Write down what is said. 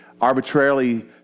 Arbitrarily